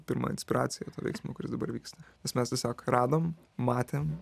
pirma inspiracija to veiksmo kuris dabar vyksta nes mes tiesiog radom matėm